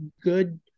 good